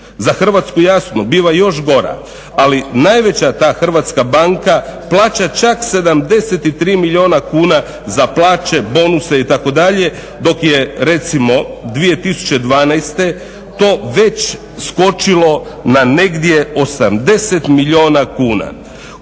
za Hrvatsku jasno biva još gora, ali najveća ta Hrvatska banka plaća čak 73 milijuna kuna za plaće, bonuse itd. dok je recimo 2012. to već skočilo na negdje 80 milijuna kuna.